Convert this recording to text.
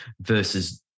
versus